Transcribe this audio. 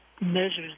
measures